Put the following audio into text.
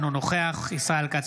אינו נוכח ישראל כץ,